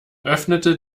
öffnete